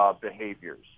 behaviors